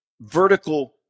vertical